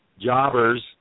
jobbers